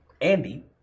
Andy